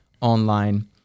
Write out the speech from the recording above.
online